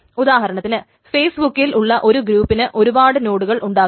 ഉദാഹരണത്തിന് ഫെയിസ് ബുക്കിൽ ഉള്ള ഒരു ഗ്രൂപ്പിന് ഒരുപാട് നോടുകൾ ഉണ്ടാകാം